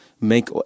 make